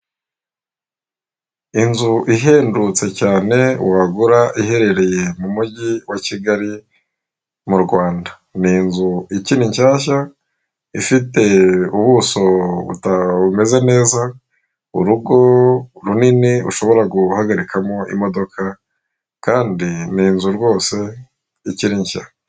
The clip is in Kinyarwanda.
Inzu ihendutse cyane wagura iherereye mu mujyi wa Kigali mu Rwanda, ni inzu ikiri nshyashya ifite ubuso bumeze neza, urugo runini ushobora guhagarikamo imodoka kandi ni inzu rwose ikiri nshya.